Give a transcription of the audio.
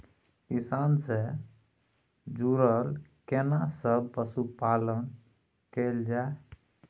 किसान से जुरल केना सब पशुपालन कैल जाय?